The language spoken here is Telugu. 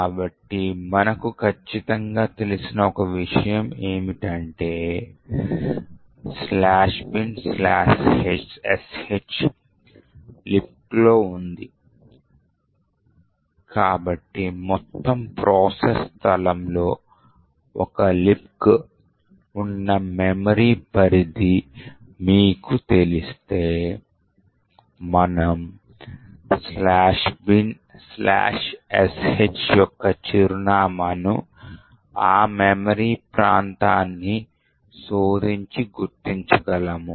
కాబట్టి మనకు ఖచ్చితంగా తెలిసిన ఒక విషయం ఏమిటంటే "binsh"లిబ్క్లో ఉంది కాబట్టి మొత్తం ప్రాసెస్ స్థలంలో ఒక లిబ్క్ ఉన్న మెమరీ పరిధి మీకు తెలిస్తే మనము "binsh" యొక్క చిరునామాను ఆ మెమరీ ప్రాంతాన్ని శోధించి గుర్తించగలము